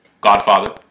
Godfather